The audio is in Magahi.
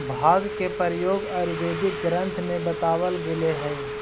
भाँग के प्रयोग आयुर्वेदिक ग्रन्थ में बतावल गेलेऽ हई